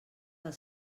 del